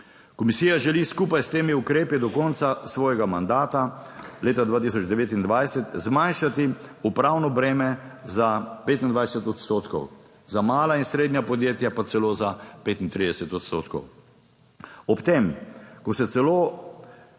Komisija želi skupaj s temi ukrepi do konca svojega mandata leta 2029 zmanjšati upravno breme za 25 odstotkov. Za mala in srednja podjetja pa celo za 35 odstotkov. Ob tem, ko se celo